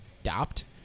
adopt